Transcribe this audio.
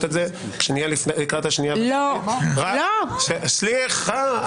את זה לקראת השנייה והשלישית -- לא,